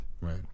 Right